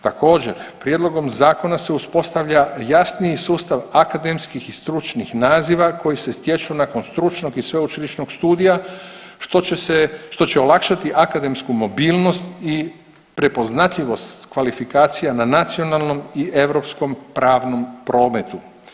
Također prijedlogom zakona se uspostavlja jasniji sustav akademskih i stručnih naziva koji se stječu nakon stručnog i sveučilišnog studija što će se, što će olakšati akademsku mobilnost i prepoznatljivost kvalifikacija na nacionalnom i europskom pravnom prometu.